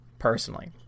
personally